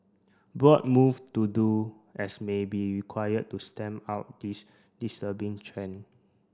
bold move to do as may be required to stamp out this disturbing trend